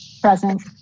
Present